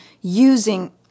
using